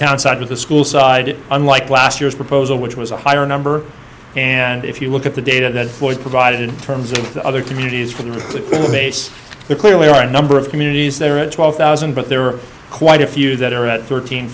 town side with the school side unlike last year's proposal which was a higher number and if you look at the data that was provided in terms of the other communities for the base there clearly are a number of communities there are twelve thousand but there are quite a few that are at thirteen